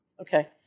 Okay